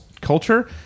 culture